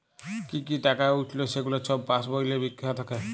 কি কি টাকা উইঠল ছেগুলা ছব পাস্ বইলে লিখ্যা থ্যাকে